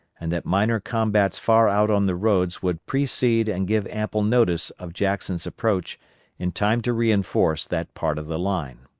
and that minor combats far out on the roads would precede and give ample notice of jackson's approach in time to reinforce that part of the line.